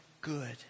good